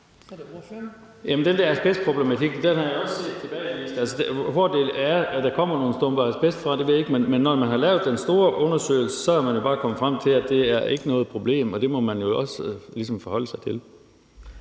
Larsen (KF): Jamen, den der asbestproblematik har jeg også set, og hvor der kommer nogle stumper asbest fra, ved jeg ikke. Men når man har lavet den store undersøgelse, er man jo bare kommet frem til, at det ikke er noget problem, og det må man jo også ligesom forholde sig til.